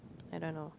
I don't know